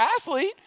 athlete